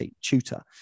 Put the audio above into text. tutor